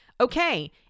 okay